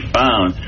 found